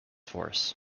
force